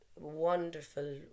wonderful